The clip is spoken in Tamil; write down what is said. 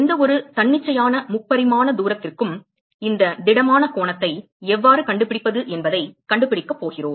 எந்தவொரு தன்னிச்சையான 3 பரிமாண தூரத்திற்கும் இந்த திடமான கோணத்தை எவ்வாறு கண்டுபிடிப்பது என்பதைக் கண்டுபிடிக்கப் போகிறோம்